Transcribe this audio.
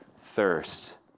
thirst